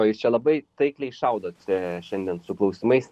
jūs čia labai taikliai šaudote šiandien su klausimais